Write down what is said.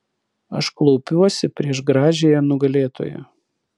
aš klaupiuosi prieš gražiąją nugalėtoją